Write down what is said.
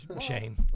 Shane